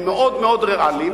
הם מאוד מאוד ריאליים.